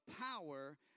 power